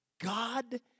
God